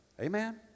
Amen